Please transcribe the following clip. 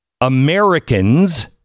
americans